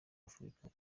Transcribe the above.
afurika